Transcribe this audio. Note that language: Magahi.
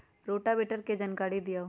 रोटावेटर के जानकारी दिआउ?